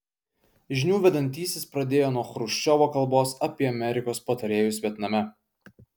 žinių vedantysis pradėjo nuo chruščiovo kalbos apie amerikos patarėjus vietname